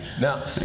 Now